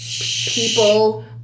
people